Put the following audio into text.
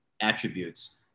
attributes